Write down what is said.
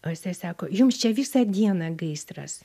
o jisai sako jums čia visą dieną gaisras